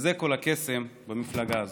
וזה כל הקסם במפלגה הזאת.